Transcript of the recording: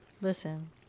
Listen